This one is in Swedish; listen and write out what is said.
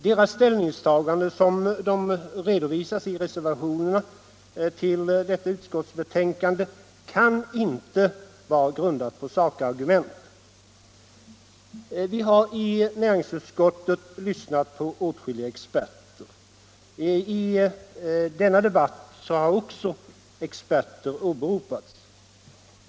Deras ställningstaganden - som de redovisas i reservationerna vid utskottsbetänkandet — kan inte vara grundade på sakargument. Vi har i näringsutskottet lyssnat på åtskilliga experter. Också i denna debatt har experter åberopats.